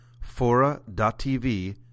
Fora.tv